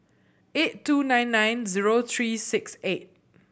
eight two nine nine zero three six eight